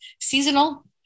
seasonal